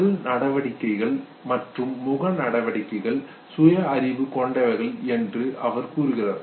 உடல் நடவடிக்கைகள் மற்றும் முக நடவடிக்கைகள் சுயஅறிவு கொண்டவைகள் என்று அவர் கூறுகிறார்